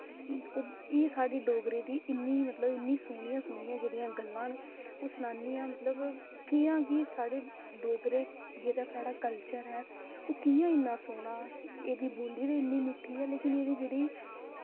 एह् साढ़े डोगरे दी इन्नी मतलब इन्नी सोनियां सोनियां जेह्ड़ियां गल्लां न अऊं सनानी आं मतलब कि'यां कि साढ़े डोगरे जेह्ड़ा साढ़ा कल्चर ऐ ओह् कि'यां इन्ना सोह्ना एह्दी बोल्ली बी इन्नी मिट्ठी ऐ लेकिन इदी जेह्ड़ी